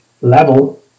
level